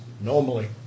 Normally